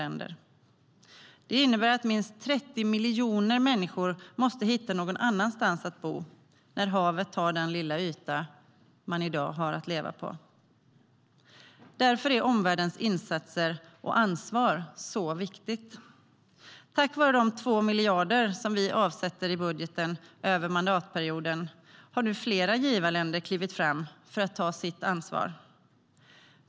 Det innebär att minst 30 miljoner människor måste hitta någon annanstans att bo när havet tar den lilla yta de i dag har att leva på. Därför är omvärldens insatser och ansvar viktiga. Tack vare de 2 miljarder som vi avsätter i budgeten över mandatperioden har nu flera givarländer klivit fram för att ta sitt ansvar.